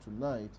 tonight